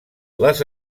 les